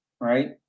right